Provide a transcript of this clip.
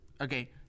Okay